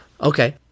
Okay